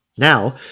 Now